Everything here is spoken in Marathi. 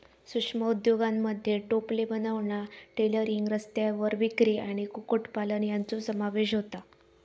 सूक्ष्म उद्योगांमध्ये टोपले बनवणा, टेलरिंग, रस्त्यावर विक्री आणि कुक्कुटपालन यांचो समावेश होता